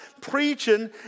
preaching